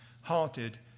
haunted